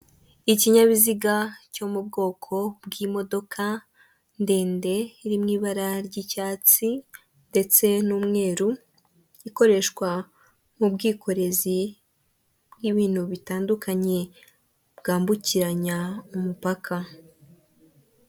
Ikinyabiziga cyo mu bwoko bw'imodoka ndende iri mu ibara ry'icyatsi ndetse n'umweru, ikoreshwa mu bwikorezi bw'ibintu bitandukanye bwambukiranya umupaka.